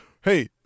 hey